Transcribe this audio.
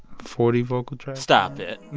forty vocal tracks stop it.